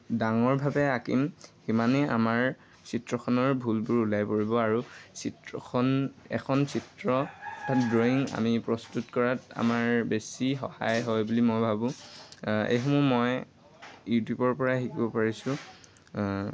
ডাঙৰভাৱে আঁকিম সিমানেই আমাৰ চিত্ৰখনৰ ভুলবোৰ ওলাই পৰিব আৰু চিত্ৰখন এখন চিত্ৰ অৰ্থাৎ ড্ৰয়িং আমি প্ৰস্তুত কৰাত আমাৰ বেছি সহায় হয় বুলি মই ভাবোঁ এইসমূহ মই ইউটিউবৰ পৰাই শিকিব পাৰিছোঁ